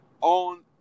on